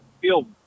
feel